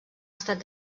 estat